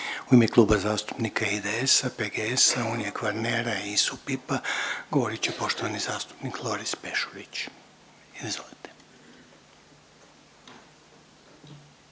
U ime Kluba zastupnika IDS-a, PGS-a, Unije Kvarnera, ISU-PIP-a govorit će poštovani zastupnik Loris Peršurić. Izvolite.